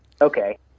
Okay